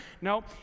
No